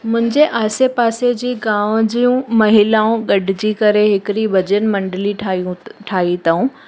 मुंहिंजे आसे पासे जे गांव जूं महिलाऊं गॾिजी करे हिकिड़ी भॼनु मंडली ठाहियूं ठाही अथऊं